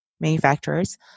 manufacturers